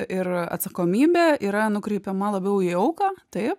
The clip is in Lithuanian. ir atsakomybė yra nukreipiama labiau į auką taip